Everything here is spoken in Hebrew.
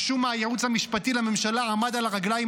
משום מה הייעוץ המשפטי לממשלה עמד על הרגליים